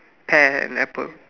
pear and apple